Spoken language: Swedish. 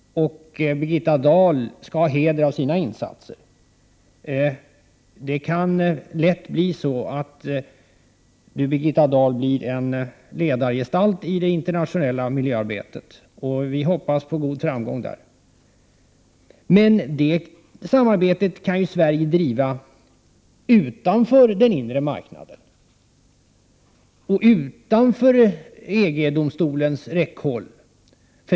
Birgitta Dahl skall ha heder av sina insatser. Det kan lätt bli så att Birgitta Dahl blir en ledargestalt i det internationella miljöarbetet. Vi hoppas på god framgång i det arbetet. Men det samarbetet kan Sverige ha utanför den inre marknaden och utanför EG-domstolens räckhåll.